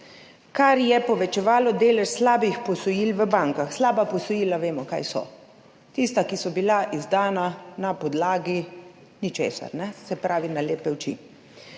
kar je povečevalo delež slabih posojil v bankah. Vemo, kaj so slaba posojila – tista, ki so bila izdana na podlagi ničesar, se pravi na lepe oči.